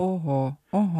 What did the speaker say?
oho oho